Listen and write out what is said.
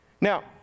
Now